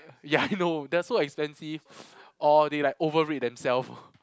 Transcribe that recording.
ya I know they're so expensive or they like overrate themselves